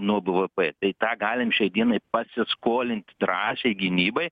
nuo b v p tai tą galim šiai dienai pasiskolinti drąsiai gynybai